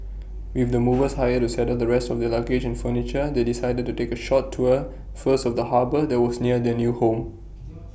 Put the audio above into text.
with the movers hired to settle the rest of their luggage and furniture they decided to take A short tour first of the harbour that was near their new home